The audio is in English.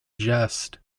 jest